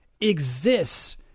exists